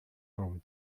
from